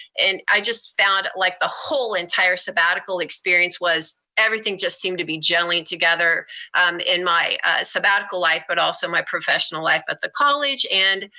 and i just found like the whole entire sabbatical experience was everything just seemed to be jelling together in my sabbatical life, but also my professional life at the college. and